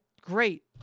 Great